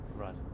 Right